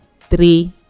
three